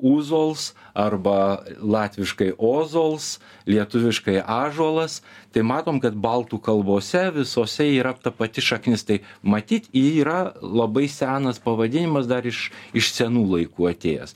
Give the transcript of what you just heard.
uzols arba latviškai ozols lietuviškai ąžuolas tai matom kad baltų kalbose visose yra ta pati šaknis tai matyt yra labai senas pavadinimas dar iš iš senų laikų atėjęs